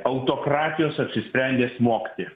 autokratijos apsisprendė smogti